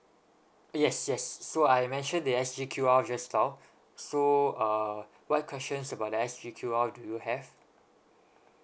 yes yes so I mentioned the S_G_Q_R just now so err what questions about the S_G_Q_R do you have